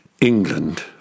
England